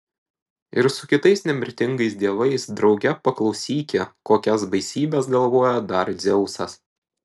ir su kitais nemirtingais dievais drauge paklausyki kokias baisybes galvoja dar dzeusas